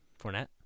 Fournette